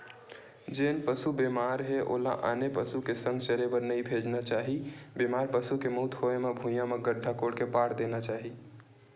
जेन पसु बेमार हे ओला आने पसु के संघ चरे बर नइ भेजना चाही, बेमार पसु के मउत होय म भुइँया म गड्ढ़ा कोड़ के पाट देना चाही